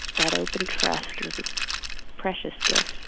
that open trust, was a precious gift.